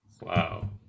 Wow